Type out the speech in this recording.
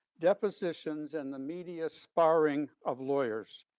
depositions, and the media sparring of lawyers.